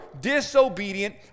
disobedient